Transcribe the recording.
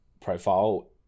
profile